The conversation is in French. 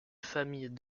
famille